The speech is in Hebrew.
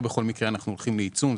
לא בכל מקרה אנחנו הולכים לעיצום.